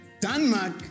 Denmark